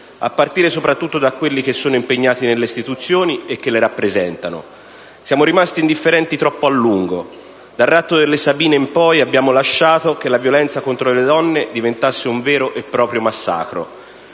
a partire soprattutto da quelli che sono impegnati nelle istituzioni e che le rappresentano. Siamo rimasti indifferenti troppo a lungo. Dal Ratto delle sabine in poi abbiamo lasciato che la violenza contro le donne diventasse un vero e proprio massacro.